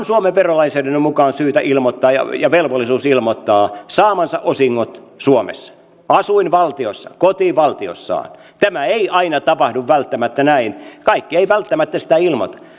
suomen verolainsäädännön mukaan syytä ilmoittaa ja ja velvollisuus ilmoittaa saamansa osingot suomessa asuinvaltiossaan kotivaltiossaan tämä ei aina tapahdu välttämättä näin kaikki eivät välttämättä sitä ilmoita